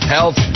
Health